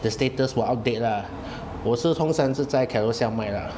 the status will update lah 我是从上次在 Carousell 卖 lah